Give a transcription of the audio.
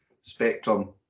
spectrum